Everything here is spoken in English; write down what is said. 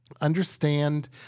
understand